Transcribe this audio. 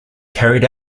carried